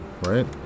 Right